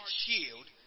shield